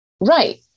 Right